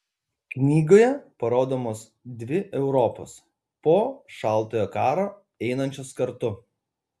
knygoje parodomos dvi europos po šaltojo karo einančios kartu